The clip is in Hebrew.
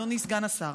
אדוני סגן השר.